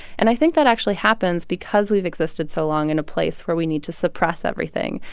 and i think that actually happens because we've existed so long in a place where we need to suppress everything,